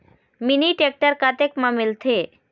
Mini tractor कतक म मिलथे?